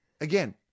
again